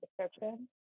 description